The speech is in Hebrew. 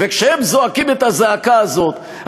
וכשהם זועקים את הזעקה הזאת,